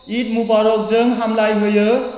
इद मुबारकजों हामलाय होयो